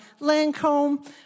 Lancome